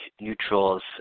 neutrals